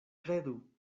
kredu